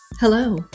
Hello